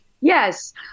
Yes